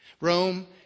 Rome